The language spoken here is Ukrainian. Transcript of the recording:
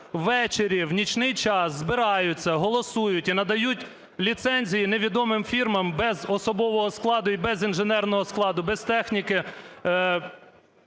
ввечері, в нічний час збираються, голосують і надають ліцензії невідомим фірмам без особового складу і без інженерного складу, без техніки,